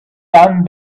done